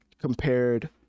compared